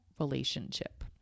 relationship